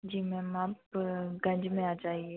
जी ma'am आप गंज में आ जाइए